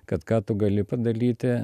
kad ką tu gali padalyti